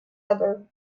other